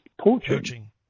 poaching